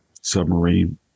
submarine